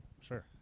Sure